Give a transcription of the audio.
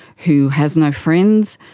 who has no friends.